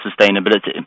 sustainability